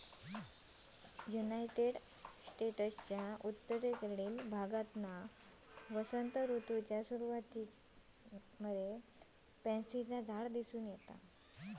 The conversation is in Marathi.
युनायटेड स्टेट्सच्या उत्तरेकडील भागात वसंत ऋतूच्या सुरुवातीक पॅन्सीचा झाड दिसून येता